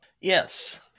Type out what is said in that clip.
Yes